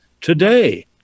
today